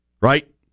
right